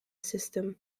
system